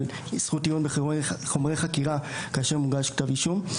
זכות עיון בחומרי חקירה כאשר מוגש כתב אישום.